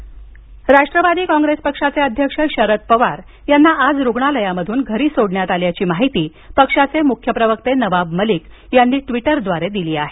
Pawar Rashtravadi Congress पक्षाचे अध्यक्ष शरद पवार यांना आज रुग्णालयातून घरी सोडण्यात आलं असल्याची माहिती पक्षाचे मुख्य प्रवक्ते नवाब मलिक यांनी ट्वीटरद्वारे दिली आहे